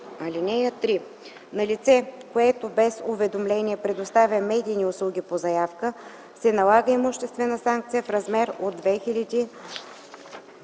лв. (3) На лице, което без уведомление предоставя медийни услуги по заявка, се налага имуществена санкция в размер от 2000